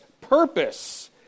purpose